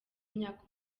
imyaka